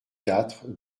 quatre